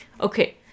Okay